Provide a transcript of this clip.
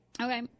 Okay